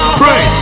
pray